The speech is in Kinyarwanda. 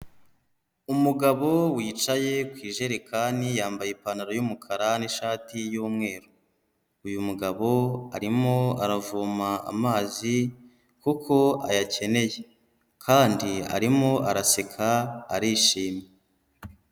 Umugabo wicaye ku ijerekani yambaye ipantaro y'umukara n'ishati y'umweru, uyu mugabo arimo aravoma amazi kuko ayakeneye, kandi arimo araseka arishimye.